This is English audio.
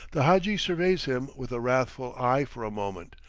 the hadji surveys him with a wrathful eye for a moment,